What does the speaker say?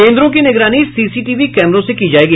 केन्द्रों की निगरानी सीसीटीवी कैमरों से की जायेगी